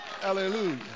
Hallelujah